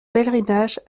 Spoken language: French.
pèlerinage